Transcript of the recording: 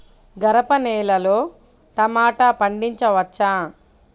గరపనేలలో టమాటా పండించవచ్చా?